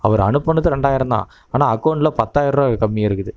அவர் அனுப்பினது ரெண்டாயிரம் தான் ஆனால் அக்கோண்ட்டில் பத்தாயிர ரூபா கம்மியாக இருக்குது